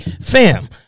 Fam